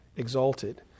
exalted